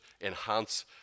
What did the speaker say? enhance